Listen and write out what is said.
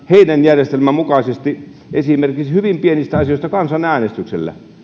heidän järjestelmänsä mukaisesti esimerkiksi äänestetään hyvin pienistä asioista kansanäänestyksellä